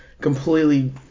completely